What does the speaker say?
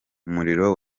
umuriro